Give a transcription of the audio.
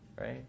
Right